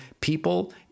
people